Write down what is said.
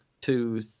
two